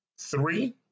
Three